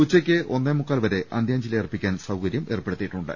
ഉച്ചയ്ക്ക് ഒന്നേമുക്കാൽ വരെ അന്ത്യാഞ്ജലി അർപ്പിക്കാൻ സൌകര്യം ഏർപ്പെടുത്തിയിട്ടുണ്ട്